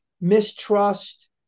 mistrust